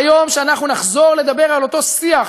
ביום שאנחנו נחזור לדבר על אותו שיח,